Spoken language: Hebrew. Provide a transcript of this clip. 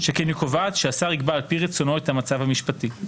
שכן היא קובעת שהשר יקבע על פי רצונו את המצב המשפטי.